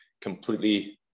completely